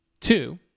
two